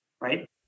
right